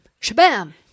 shabam